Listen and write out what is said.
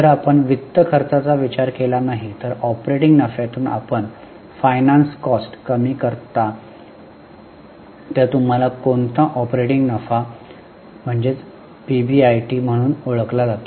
जर आपण वित्त खर्चाचा विचार केला नाही तर ऑपरेटिंग नफ्यातून आपण फायनान्स कॉस्ट कमी करता तर तुम्हाला कोणता ऑपरेटिंग नफा पीबीआयटी म्हणून ओळखला जातो